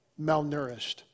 malnourished